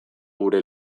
gure